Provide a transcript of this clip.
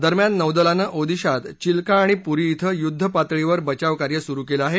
दरम्यान नौदलानं ओदिशात चिलका आणि पूरी कें युद्ध पातळीवर बचावकार्य सुरु केलं आहे